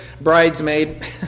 bridesmaid